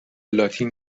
لاتین